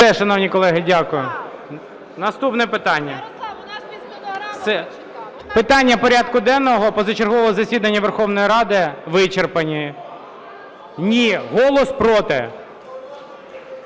Наступне питання. Все! Питання порядку денного позачергового засідання Верховної Ради вичерпані. Ні. "Голос" проти.